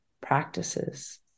practices